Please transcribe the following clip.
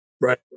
right